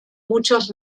muchos